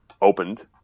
opened